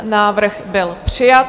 Návrh byl přijat.